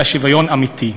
אלא שוויון אמיתי.